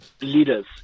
leaders